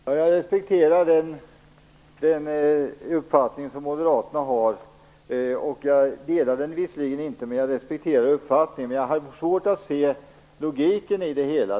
Herr talman! Jag delar visserligen inte den uppfattning som moderaterna har, men jag respekterar den. Men jag har svårt att se logiken i det hela.